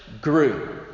grew